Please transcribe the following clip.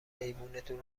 ایوونتون